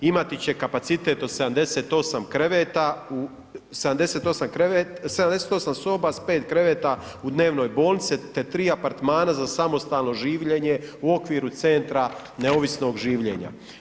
Imati će kapacitet od 78 kreveta, 78 soba s 5 kreveta u dnevnoj bolnici te 3 apartmana za samostalno življenje u okviru centra neovisnog življenja.